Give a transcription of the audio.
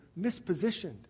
mispositioned